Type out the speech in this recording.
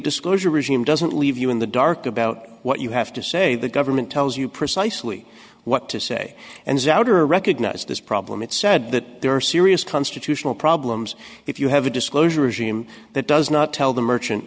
disclosure regime doesn't leave you in the dark about what you have to say the government tells you precisely what to say and souter recognized this problem it said that there are serious constitutional problems if you have a disclosure regime that does not tell the merchant